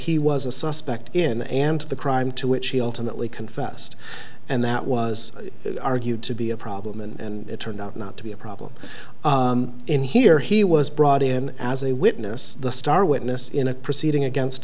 he was a suspect in and the crime to which he ultimately confessed and that was argued to be a problem and it turned out not to be a problem in here he was brought in as a witness the star witness in a proceeding against